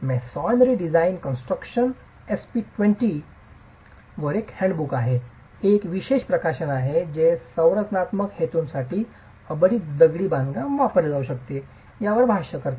masonry design and construction SP 20 Masonry Design and Construction SP 20 वर एक handbook आहे एक विशेष प्रकाशन आहे जे संरचनात्मक हेतूंसाठी अबाधित दगडी बांधकाम वापरली जाऊ शकते यावर भाष्य करते